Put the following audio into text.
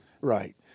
Right